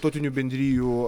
tautinių bendrijų